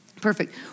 Perfect